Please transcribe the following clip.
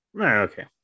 Okay